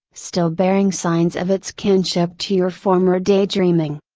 still bearing signs of its kinship to your former day dreaming.